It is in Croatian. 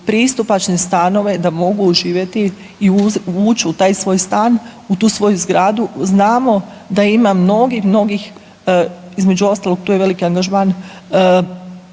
pristupačne stanove da mogu živjeti i ući u taj svoj stan, u tu svoju zgradu, znamo da ima mnogih, mnogih, između ostalog, tu je veliki angažman